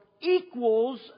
equals